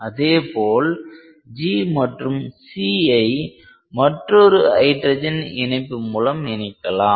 அதேபோல் G மற்றும் Cஐ மற்றொரு ஹைட்ரஜன் இணைப்பு மூலம் இணைக்கலாம்